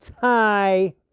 tie